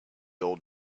old